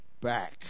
back